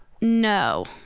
No